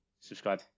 subscribe